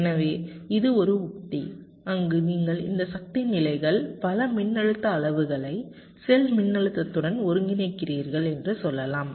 எனவே இது ஒரு உக்தி அங்கு நீங்கள் இந்த சக்தி நிலைகள் பல மின்னழுத்த அளவுகளை செல் மின்னழுத்தத்துடன் ஒருங்கிணைக்கிறீர்கள் என்று சொல்லலாம்